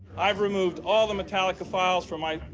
i've removed all the metallica files from my,